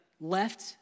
left